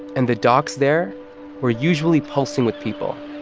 and the docks there were usually pulsing with people.